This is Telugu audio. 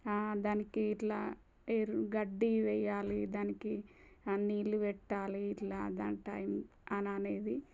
దానికి ఇట్లా ఏరు గడ్డి వెయ్యాలి దానికి నీళ్ళు పెట్టాలి ఇట్లా గ టైమ్ అననేది